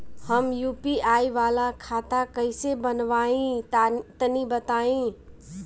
हम यू.पी.आई वाला खाता कइसे बनवाई तनि बताई?